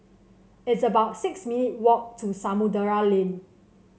it's about six minute walk to Samudera Lane